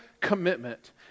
commitment